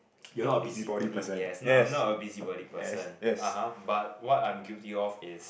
think busybody yes not I'm not a busybody person (uh huh) but what I'm guilty of is